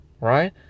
right